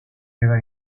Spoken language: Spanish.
queda